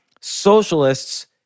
socialists